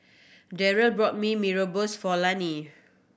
Darryll bought Mee Rebus for Lani